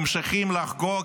ממשיכים לחגוג,